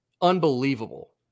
Unbelievable